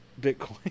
Bitcoin